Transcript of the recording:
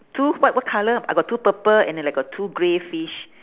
two what what colour I got two purple and then I got two grey fish